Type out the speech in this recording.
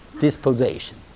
disposition